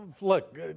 Look